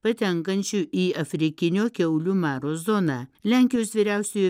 patenkančių į afrikinio kiaulių maro zoną lenkijos vyriausiojo